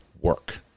work